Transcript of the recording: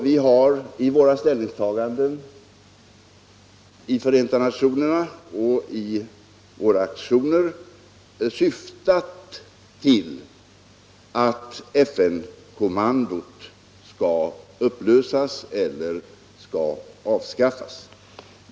Vi har med våra ställningstaganden i Förenta nationerna och med våra aktioner syftat till att FN-kommandot skall upplösas och avskaffas.